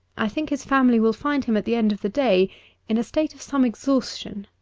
i think his family will find him at the end of the day in a state of some exhaustion.